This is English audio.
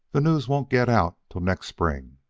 the news won't get out till next spring.